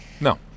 no